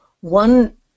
One